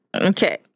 Okay